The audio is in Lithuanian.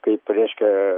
kaip reiškia